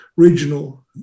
regional